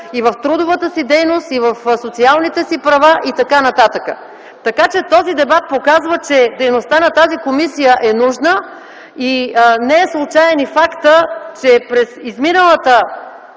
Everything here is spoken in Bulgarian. и в трудовата си дейност, и в социалните си права, и т.н. Този дебат показва, че дейността на тази комисия е нужна. Не е случаен и фактът, че през изминалата